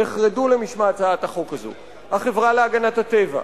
נחרדו למשמע הצעת החוק הזאת החברה להגנת הטבע,